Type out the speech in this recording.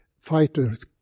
fighter's